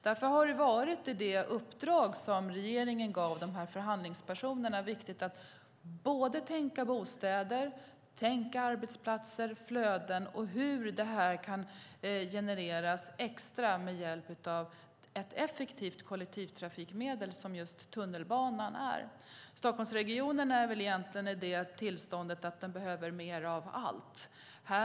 Därför är det i uppdraget som regeringen gav förhandlingspersonerna viktigt att tänka på hur ett effektivt kollektivtrafikmedel som tunnelbanan kan generera extra bostäder, arbetsplatser och flöden. Stockholmsregionen är i det tillståndet att den behöver mer av allt.